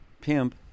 pimp